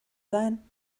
sein